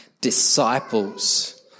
disciples